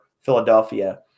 Philadelphia